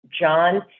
john